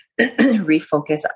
refocus